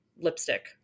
lipstick